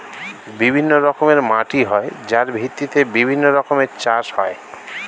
বিভিন্ন রকমের মাটি হয় যার ভিত্তিতে বিভিন্ন রকমের চাষ হয়